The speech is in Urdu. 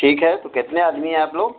ٹھیک ہے تو کتنے آدمی ہیں آپ لوگ